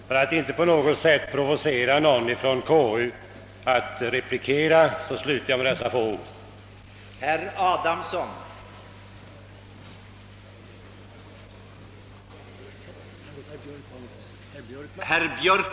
För att inte provocera någon från konstitutionsutskottet att replikera mig nu, skall jag nöja mig med dessa få ord.